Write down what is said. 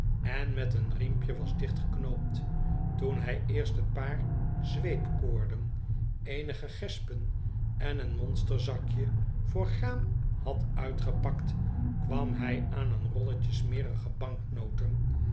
en met een riempje was dichtgeknoopt toen hij eerst een paar zweepkoorden eenige gespen en een monsterzakje voor graan had uitgepakt kwam hij aan een rolletje smerige